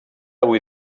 avui